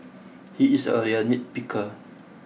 he is a real nitpicker